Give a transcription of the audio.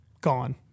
gone